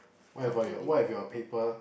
what have for your what have your paper